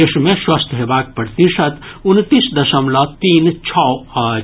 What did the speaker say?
देश मे स्वस्थ हेबाक प्रतिशत उनतीस दशमलव तीन छओ अछि